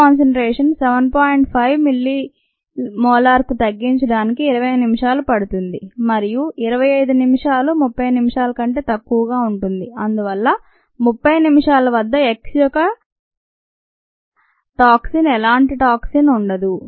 5 millimolar కు తగ్గించడానికి 25 నిమిషాలు పడుతుంది మరియు 25 నిమిషాలు 30 నిమిషాల కంటే తక్కువ ఉంటుంది అందువల్ల 30 నిమిషాల వద్ద X యొక్క టాక్సిన్ఎలాంటి టాక్సిన్ ఉండదు